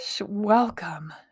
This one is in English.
welcome